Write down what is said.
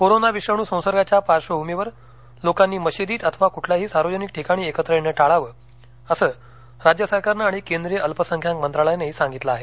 corona विषाणू संसर्गाच्या पार्श्वभूमीवर लोकांनी मशिदीत अथवा कुठल्याही सार्वजनिक ठिकाणी एकत्र येणं टाळावं असं राज्य सरकारनं आणि केंद्रीय अल्पसंख्याक मंत्रालयानंही सांगितलं आहे